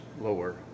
lower